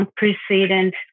unprecedented